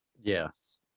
Yes